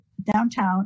Downtown